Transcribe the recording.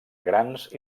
grans